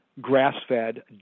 Grass-fed